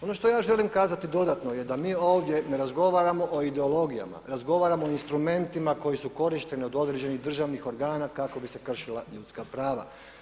Ono što ja želim kazati dodatno je da mi ovdje ne razgovaramo o ideologijama, razgovaramo o instrumentima koji su korišteni od određenih državnih organa kako bi se kršila ljudska prava.